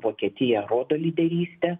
vokietija rodo lyderystę